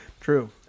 True